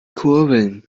kurbeln